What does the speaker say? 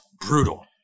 brutal